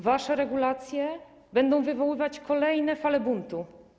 Wasze regulacje będą wywoływać kolejne fale buntu.